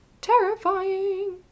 terrifying